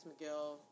McGill